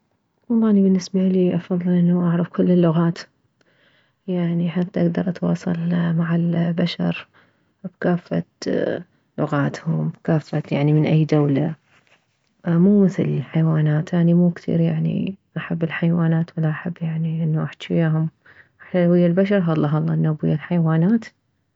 والله اني بالنسبة الي افضل انه عرف كل اللغات يعني حتى اكدر اتواصل مع البشر كافة لغاتهم كافة يعني من اي دولة مو مثل الحيوانات اني مو كثير يعني احب الحيوانات ولا احب احجي وياهم احنا ويه البشر هله هله النوب ويه الحيوانات